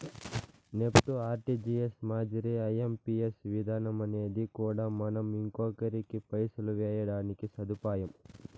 NEFT, RTGS మాదిరే IMPS విధానమనేది కూడా మనం ఇంకొకరికి పైసలు వేయడానికి సదుపాయం